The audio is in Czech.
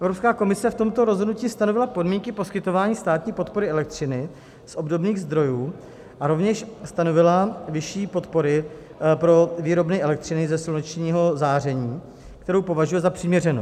Evropská komise v tomto rozhodnutí stanovila podmínky poskytování státní podpory elektřiny z obnovitelných zdrojů a rovněž stanovila výši podpory pro výrobny elektřiny ze slunečního záření, kterou považuje za přiměřenou.